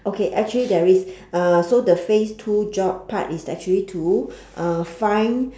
okay actually there is uh so the phase two job part is actually to uh find